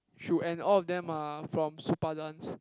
shoe and all of them are from Supadance